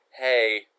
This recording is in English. hey